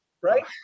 right